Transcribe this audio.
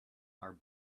are